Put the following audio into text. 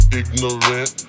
ignorant